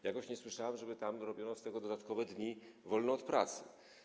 Jakoś nie słyszałem, żeby tam robiono z tego powodu dodatkowe dni wolne od pracy.